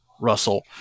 Russell